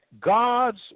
God's